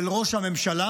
של ראש הממשלה